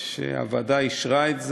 שהוועדה אישרה,